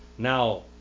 Now